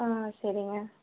ஆ சரிங்க